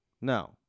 No